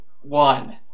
one